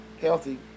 healthy